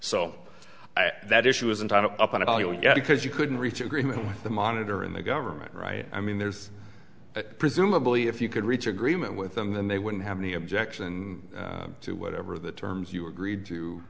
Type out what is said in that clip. so that issue isn't up at all yet because you couldn't reach agreement with the monitor in the government right i mean there's presumably if you could reach agreement with them then they wouldn't have any objection to whatever the terms you agreed to